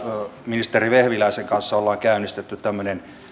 ministeri vehviläisen kanssa olemme käynnistäneet tämmöisen